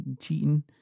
cheating